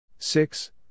Six